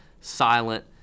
silent